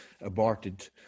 aborted